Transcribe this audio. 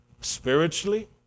spiritually